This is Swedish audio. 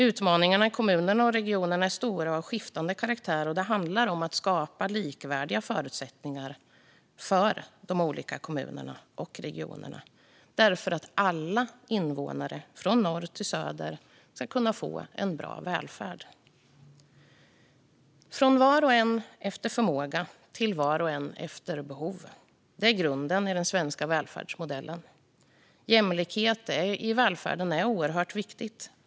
Utmaningarna i kommunerna och regionerna är stora och av skiftande karaktär, och det handlar om att skapa likvärdiga förutsättningar för de olika kommunerna och regionerna. Alla invånare, från norr till söder, ska kunna få en bra välfärd. Från var och en efter förmåga, till var och en efter behov - det är grunden i den svenska välfärdsmodellen. Jämlikhet i välfärden är oerhört viktigt.